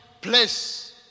place